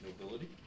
nobility